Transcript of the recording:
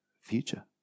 future